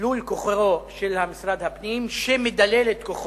דילול כוחו של משרד הפנים, שמדלל את הכוח